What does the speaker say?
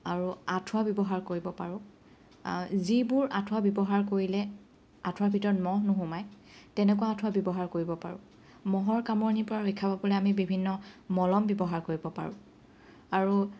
আৰু আঁঠুৱা ব্যৱহাৰ কৰিব পাৰোঁ যিবোৰ আঁঠুৱা ব্যৱহাৰ কৰিলে আঁঠুৱাৰ ভিতৰত মহ নোসোমায় তেনেকুৱা আঁঠুৱা ব্যৱহাৰ কৰিব পাৰোঁ মহৰ কামোৰণিৰ পৰা ৰক্ষা পাবলৈ আমি বিভিন্ন মলম ব্যৱহাৰ কৰিব পাৰোঁ আৰু